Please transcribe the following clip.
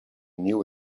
knew